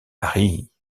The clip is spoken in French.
paris